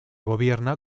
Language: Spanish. gobierna